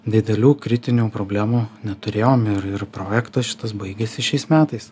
didelių kritinių problemų neturėjom ir ir projektas šitas baigiasi šiais metais